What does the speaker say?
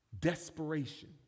desperation